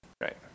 Right